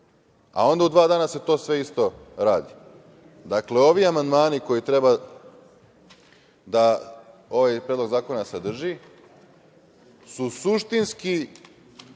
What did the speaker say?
a onda u dva dana se to sve isto radi. Ovi amandmani koje treba ovaj predlog zakona da sadrži su suštinski